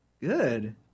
Good